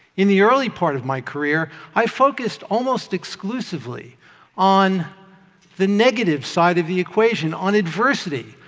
in the early part of my career, i focused almost exclusively on the negative side of the equation, on adversity,